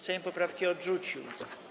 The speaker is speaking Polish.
Sejm poprawki odrzucił.